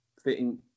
Fitting